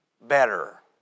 better